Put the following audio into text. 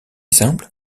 simple